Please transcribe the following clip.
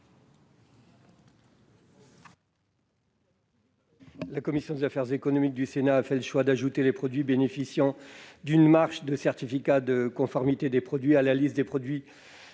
La commission des affaires économiques du Sénat a fait le choix d'ajouter les produits bénéficiant d'une démarche de certification de conformité des produits (CCP) à la liste des produits